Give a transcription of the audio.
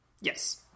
Yes